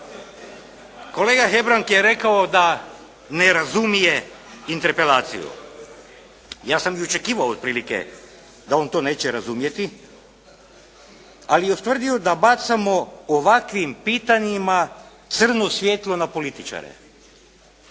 Kolega Hebrang je rekao da ne razumije interpelaciju, ja sam i očekivao otprilike da on to neće razumijeti, ali i ustvrdio da bacamo ovakvim pitanjima crno svjetlo na političare.